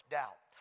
doubt